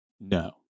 no